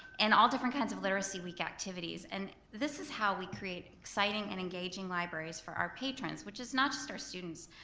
and all different kinds of literacy week activities and this is how we create exciting and engaging libraries for our patrons which is not just our students,